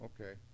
Okay